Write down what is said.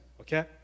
okay